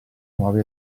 nuovi